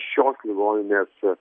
šios ligoninės